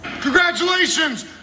Congratulations